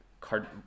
card